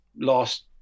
last